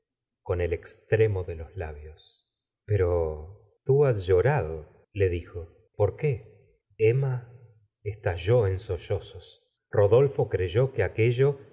con el extremo de los labios pero tú has llorado le dijo por qué emma estalló en sollozos rodolfo creyó que aquello